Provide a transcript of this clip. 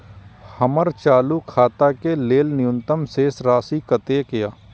हमर चालू खाता के लेल न्यूनतम शेष राशि कतेक या?